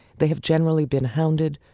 they have generally been hounded,